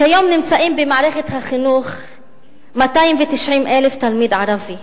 כיום נמצאים במערכת החינוך 290,000 תלמידים ערבים.